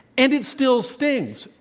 and it still stings.